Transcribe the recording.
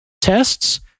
tests